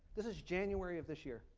this is january of this year.